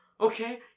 Okay